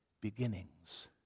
beginnings